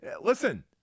Listen